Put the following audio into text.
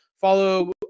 Follow